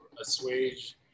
assuage